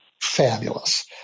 fabulous